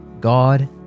God